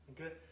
Okay